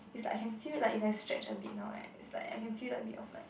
is like I can feel like if I stretch a bit now right it's like I can feel like a bit of like